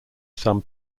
some